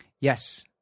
Yes